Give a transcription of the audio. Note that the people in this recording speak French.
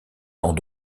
dans